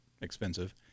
expensive